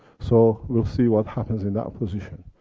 so, we'll see what happens in that position.